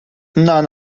none